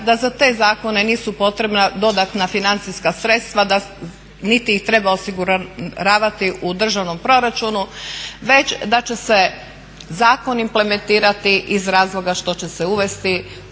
da za te zakone nisu potrebna dodatna financijska sredstva, niti ih treba osiguravati u državnom proračunu već da će se zakon implementirati iz razloga što će se uvesti